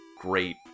great